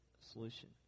solution